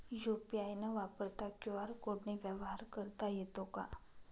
UPI न वापरता QR कोडने व्यवहार करता येतो का?